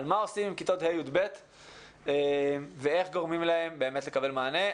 על מה עושים עם כיתות ה' י"ב ואיך גורמים להם באמת לקבל מענה.